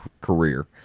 career